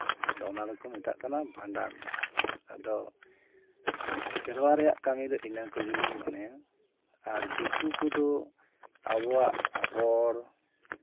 ᱟᱫᱚ ᱚᱱᱟ ᱫᱚᱠᱚ ᱢᱮᱛᱟᱜ ᱠᱟᱱᱟ ᱵᱷᱟᱸᱰᱟᱱ ᱟᱫᱚ ᱥᱮᱨᱣᱟ ᱨᱮᱭᱟᱜ ᱠᱟᱹᱢᱤ ᱫᱚ ᱤᱱᱟᱹ ᱠᱚᱜᱮᱞᱤᱧ ᱢᱚᱱᱮᱭᱟ ᱟᱨ ᱫᱤᱠᱩ ᱠᱚᱫᱚ ᱟᱵᱚᱣᱟᱜ ᱨᱚᱲ